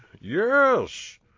Yes